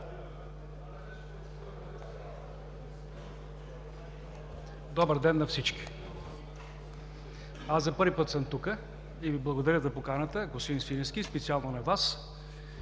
Добър ден на всички! За първи път съм тук и Ви благодаря за поканата – господин Свиленски, специално на Вас.